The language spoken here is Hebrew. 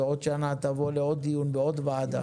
ועוד שנה תבוא לעוד דיון ועוד ועדה.